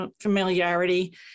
familiarity